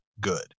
good